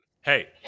hey